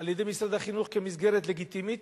על-ידי משרד החינוך כמסגרת לגיטימית.